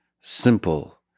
simple